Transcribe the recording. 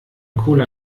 cola